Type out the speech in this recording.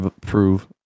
prove